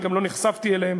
אני גם לא נחשפתי אליהם,